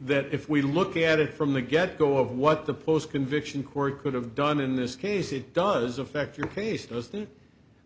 that if we look at it from the get go of what the post conviction court could have done in this case it does affect your case doesn't